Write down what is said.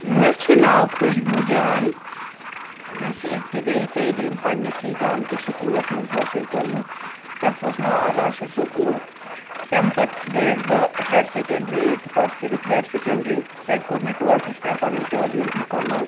مےٚ چھُ ناو خُشبوٗ جان مےٚ چھِ ابتٕدٲیی تعلیٖم پنٛنِسٕے گامہٕ کِس سٔکوٗلَس منٛز حٲصِل کٔرمٕژ تَتھ اوس ناو راشِد سکوٗل تَمہِ پَتہٕ گٔیَس بہٕ ہایر سیٚکنٛڈرٛی ایٹتھ پاس کٔرِتھ ہایر سیٚکنٛڈرٛی تَتہِ کوٚر مےٚ ٹُویٚلتھَس تام پَنٕنۍ تعلیٖم مُکمل